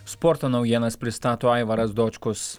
sporto naujienas pristato aivaras dočkus